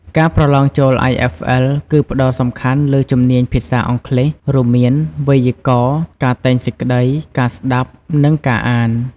ការប្រឡងចូល IFL គឺផ្ដោតសំខាន់លើជំនាញភាសាអង់គ្លេស រួមមាន វេយ្យាករណ៍ ការតែងសេចក្ដី ការស្ដាប់ និងការអាន។